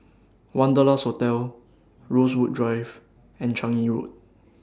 Wanderlust Hotel Rosewood Drive and Changi Road